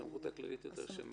הסמכות הכללית של מה?